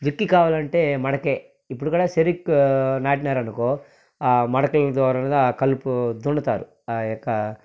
దుక్కి కావాలంటే మడకే ఇప్పుడు కూడా చెరుకు నాటినారనుకో ఆ మడకల ద్వారా కలుపు దున్నుతారు ఆ యొక్క